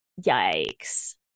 Yikes